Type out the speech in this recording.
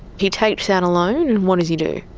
he takes out a loan and what does he do?